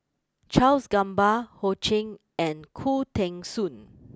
Charles Gamba Ho Ching and Khoo Teng Soon